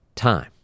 time